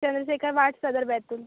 Chandrashekhar ward Sadar Betul